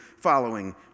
following